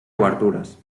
obertures